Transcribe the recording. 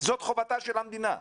חובתה של המדינה.